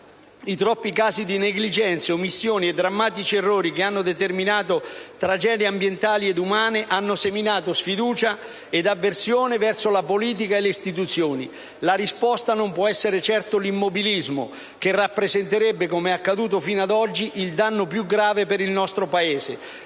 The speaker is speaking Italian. I troppi casi di negligenze, omissioni e drammatici errori che hanno determinato tragedie ambientali ed umane hanno seminato sfiducia e avversione verso la politica e le istituzioni. La risposta non può essere certo 1'immobilismo, che rappresenterebbe, come è accaduto fino ad oggi, il danno più grave per il nostro Paese,